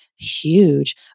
huge